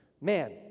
Man